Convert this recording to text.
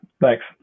thanks